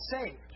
saved